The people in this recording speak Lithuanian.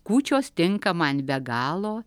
kūčios tinka man be galo